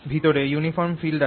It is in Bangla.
ভিতরে ইউনিফর্ম ফিল্ড আছে